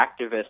activists